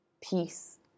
peace